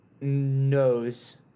knows